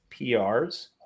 PRs